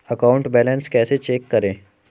Account balance कैसे check करें?